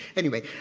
anyway,